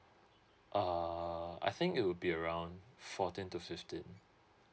err I think it would be around fourteen to fifteen